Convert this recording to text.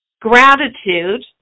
Gratitude